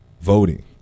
voting